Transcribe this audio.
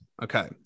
Okay